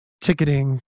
ticketing